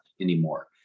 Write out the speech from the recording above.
anymore